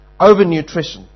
overnutrition